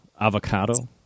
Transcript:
avocado